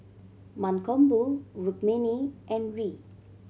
Mankombu Rukmini and Hri